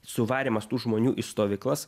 suvarymas tų žmonių į stovyklas